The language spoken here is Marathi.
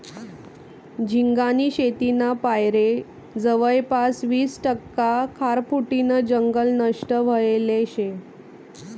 झिंगानी शेतीना पायरे जवयपास वीस टक्का खारफुटीनं जंगल नष्ट व्हयेल शे